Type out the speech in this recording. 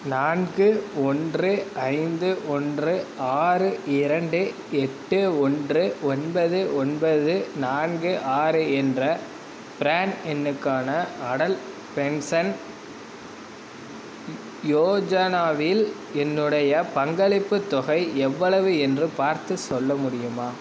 நான்கு ஒன்று ஐந்து ஒன்று ஆறு இரண்டு எட்டு ஒன்று ஒன்பது ஒன்பது நான்கு ஆறு என்ற ப்ரான் எண்ணுக்கான அடல் பென்ஷன் யோஜனாவில் என்னுடைய பங்களிப்புத் தொகை எவ்வளவு என்று பார்த்துச் சொல்ல முடியுமா